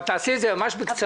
אבל תעשי את זה ממש בקצרה.